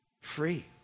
Free